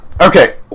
Okay